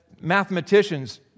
mathematicians